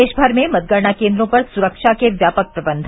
देशभर में मतगणना केंद्रों पर स्रक्षा के व्यापक प्रबंध